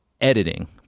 editing